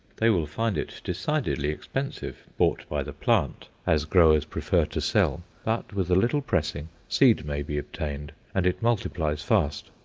they will find it decidedly expensive bought by the plant, as growers prefer to sell. but, with a little pressing seed may be obtained, and it multiplies fast.